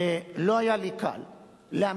ולא היה לי קל להמתין.